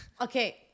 okay